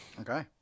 Okay